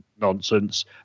nonsense